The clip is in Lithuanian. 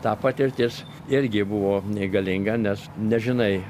ta patirtis irgi buvo nei galinga nes nežinai